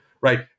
right